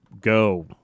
go